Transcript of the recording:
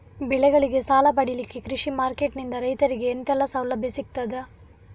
ಬೆಳೆಗಳಿಗೆ ಸಾಲ ಪಡಿಲಿಕ್ಕೆ ಕೃಷಿ ಮಾರ್ಕೆಟ್ ನಿಂದ ರೈತರಿಗೆ ಎಂತೆಲ್ಲ ಸೌಲಭ್ಯ ಸಿಗ್ತದ?